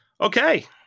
okay